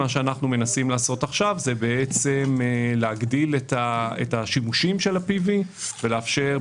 עכשיו אנחנו מנסים להגדיל את השימושים של ה-PV ולאפשר,